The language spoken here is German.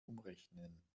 umrechnen